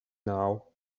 now